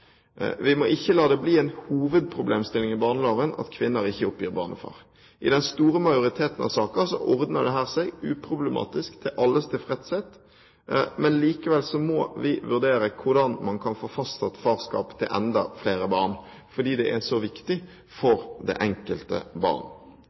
Vi må ikke la det bli en hovedproblemstilling i barneloven at kvinner ikke oppgir barnefar. I den store majoriteten av saker ordner dette seg uproblematisk til alles tilfredshet, men likevel må vi vurdere hvordan man kan få fastsatt farskap til enda flere barn, fordi det er så viktig